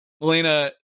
Melina